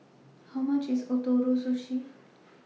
How much IS Ootoro Sushi